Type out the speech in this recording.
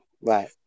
Right